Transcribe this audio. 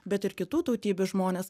bet ir kitų tautybių žmonės